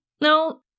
No